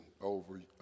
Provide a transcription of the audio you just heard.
over